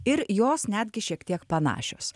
ir jos netgi šiek tiek panašios